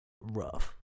rough